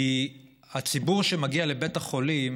כי הציבור שמגיע לבית החולים